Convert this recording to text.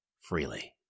freely